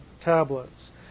tablets